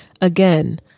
again